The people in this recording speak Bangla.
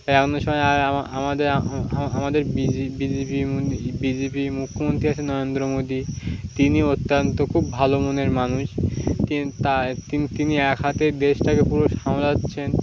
এমন সময় আমাদের আমাদের বিজি বিজেপি বিজেপি মুখ্যমন্ত্রী আছে নরেন্দ্র মোদি তিনি অত্যন্ত খুব ভালো মনের মানুষ তিনি তা তিনি তিনি এক হাতে দেশটাকে পুরো সামলাচ্ছেন